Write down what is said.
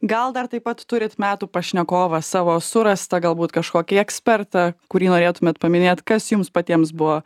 gal dar taip pat turit metų pašnekovą savo surastą galbūt kažkokį ekspertą kurį norėtumėt paminėt kas jums patiems buvo